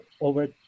over